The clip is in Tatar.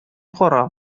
кара